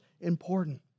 important